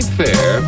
fair